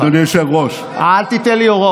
אתה מפחד, אדוני היושב-ראש, אל תיתן לי הוראות.